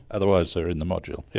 otherwise they were in the module, yeah